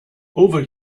over